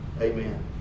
Amen